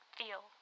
feel